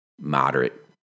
moderate